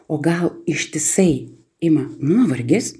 o gal ištisai ima nuovargis